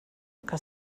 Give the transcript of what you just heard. que